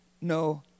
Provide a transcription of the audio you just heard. no